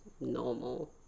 normal